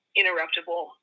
interruptible